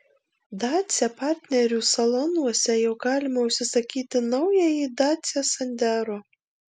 dacia partnerių salonuose jau galima užsisakyti naująjį dacia sandero